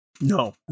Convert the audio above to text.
no